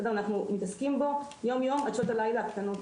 אנחנו מתעסקים בו יום יום עד שעות הלילה הקטנות,